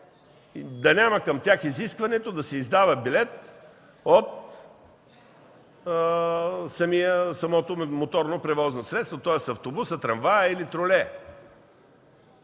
да няма изискването да се издава билет от самото моторно превозно средство, тоест в автобуса, трамвая или в тролея.